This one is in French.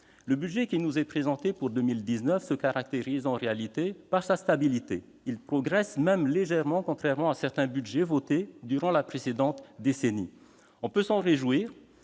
Le budget qui nous est présenté pour 2019 se caractérise, en réalité, par sa stabilité ; il progresse même légèrement, contrairement à certains de ceux qui ont été votés durant la précédente décennie. On peut s'en réjouir,